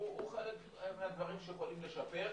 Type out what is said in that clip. הוא חלק מהדברים שיכולים לשפר.